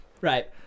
Right